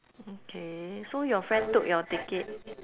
okay so your friend took your ticket